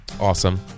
Awesome